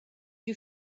you